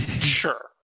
Sure